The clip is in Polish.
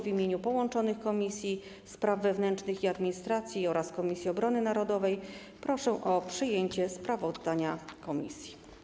W imieniu połączonych Komisji: Spraw Wewnętrznych i Administracji oraz Obrony Narodowej proszę o przyjęcie sprawozdania komisji.